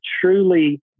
truly